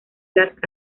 las